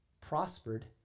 prospered